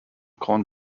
corn